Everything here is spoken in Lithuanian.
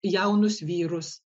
jaunus vyrus